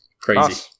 crazy